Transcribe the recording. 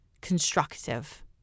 constructive